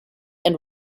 and